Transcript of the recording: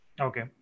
Okay